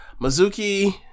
Mizuki